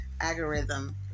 algorithm